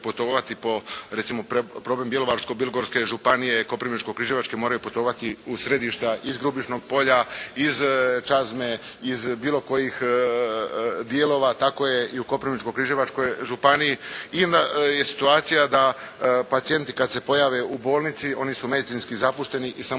po, recimo problem Bjelovarsko-bilogorske županije, Koprivničko-križevačke moraju putovati u središta iz Grubišnog polja, iz Čazme, iz bilo kojih dijelova, tako je i u Koprivničko-križevačkoj županiji. Ili je situacija da pacijenti kad se pojavi u bolnici oni su medicinski zapušteni i samo